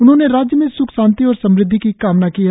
उन्होंने राज्य में स्ख शांति और समृद्धि की कामना की है